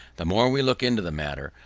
the more we look into the matter,